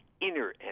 inner